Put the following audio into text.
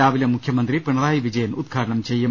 രാവിലെ മുഖ്യമന്ത്രി പിണറായി വിജയൻ ഉദ്ഘാടനം ചെയ്യും